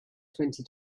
twenty